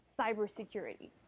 cybersecurity